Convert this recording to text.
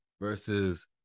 versus